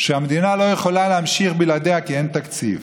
שהמדינה לא יכולה להמשיך, כי אין תקציב.